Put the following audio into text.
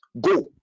go